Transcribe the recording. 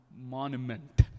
Monument